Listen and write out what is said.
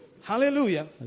Hallelujah